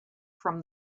from